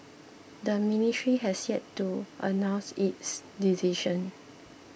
the ministry has yet to announce its decision